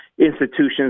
institutions